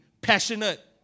passionate